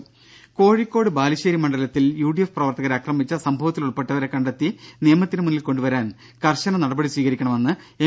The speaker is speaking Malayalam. രും കോഴിക്കോട് ബാലുശ്ശേരി മണ്ഡലത്തിൽ യുഡിഎഫ് പ്രവർത്തകരെ അക്രമിച്ച സംഭവത്തിലുൾപ്പട്ടവരെ കണ്ടെത്തി നിയമത്തിന് മുന്നിൽ കൊണ്ടുവരാൻ കർശന നടപടി സ്വീകരിക്കണമെന്ന് എം